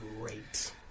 great